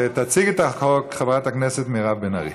תציג את החוק חברת הכנסת מירב בן ארי.